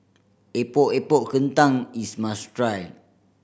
Epok Epok Kentang is must try